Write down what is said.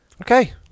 Okay